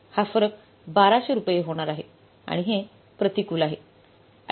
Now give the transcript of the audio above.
हा फरक 1200 रुपये होणार आहे आणि हे प्रतिकूल आहे